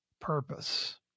purpose